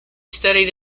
studied